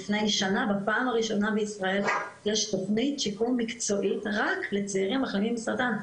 בפעם הראשונה בישראל יש תכנית שיקום מקצועית רק לצעירים מחלימים מסרטן,